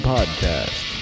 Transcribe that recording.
Podcast